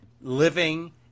living